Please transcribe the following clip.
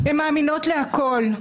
הן מאמינות לכול.